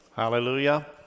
hallelujah